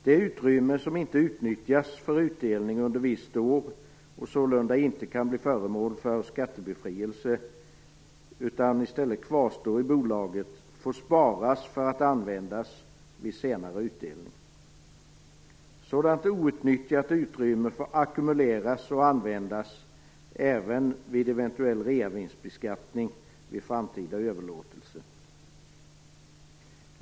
Det utrymme som inte utnyttjas för utdelning under visst år och sålunda inte kan bli föremål för skattebefrielse utan i stället kvarstår i bolaget får sparas för att användas vid senare utdelning. Sådant outnyttjat utrymme får ackumuleras och användas även vid eventuell reavinstbeskattning vid framtida överlåtelse.